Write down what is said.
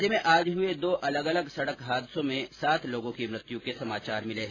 राज्य में आज हुए दो अलग अलग सड़क हादसों में सात लोगों की मृत्यु के समाचार मिले हैं